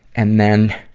and then,